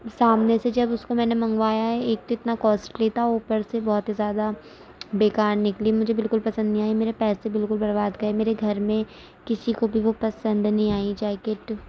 سامنے سے جب اس کو میں نے منگوایا ایک تو اتنا کوسٹلی تھا اوپر سے بہت ہی زیادہ بیکار نکلی مجھے بالکل پسند نہیں آئی میرے پیسے بالکل برباد گئے میرے گھر میں کسی کو بھی وہ پسند نہیں آئی جیکیٹ